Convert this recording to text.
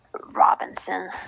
Robinson